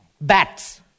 bats